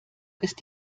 ist